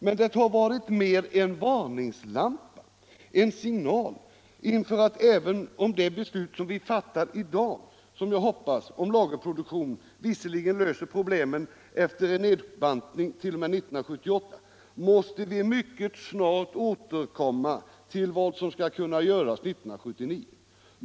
Men det har varit mer en varningslampa, en signal, inför att även om det beslut som vi fattar i dag —- som jag hoppas — om lagerproduktion visserligen löser problemen efter en nedbantning t.o.m. 1978, måste vi mycket snart återkomma till vad som skall kunna göras 1979.